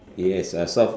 yes I solve